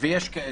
ויש כאלה.